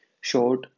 short